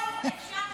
רון, אפשר להמשיך?